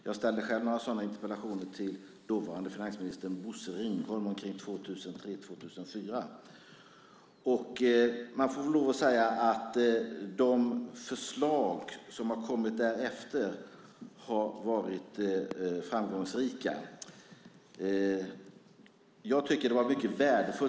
Jag ställde själv några sådana interpellationer till dåvarande finansministern Bosse Ringholm omkring 2003-2004, och man får väl lov att säga att de förslag som har kommit därefter har varit framgångsrika.